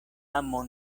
amo